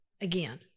again